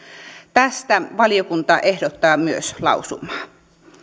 tästä valiokunta ehdottaa lausumaa